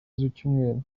z’icyumweru